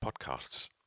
podcasts